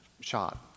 shot